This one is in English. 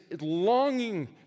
longing